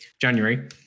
january